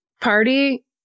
party